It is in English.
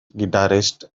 guitarist